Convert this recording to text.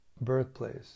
birthplace